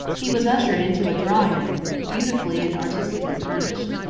he was ushered into a drawing-room, beautifully and artistically furnished.